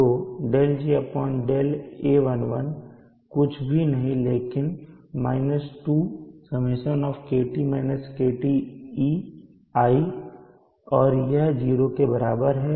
तो δjδa11 कुछ भी नहीं है लेकिन 2Σ i है और यह 0 के बराबर है